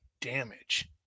damage